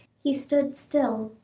he stood still,